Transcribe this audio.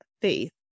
faith